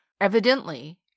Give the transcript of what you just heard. Evidently